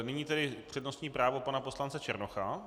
Nyní tedy přednostní právo pana poslance Černocha.